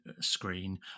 screen